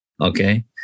Okay